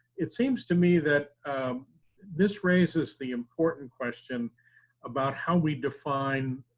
it seems to me that this raises the important question about how we define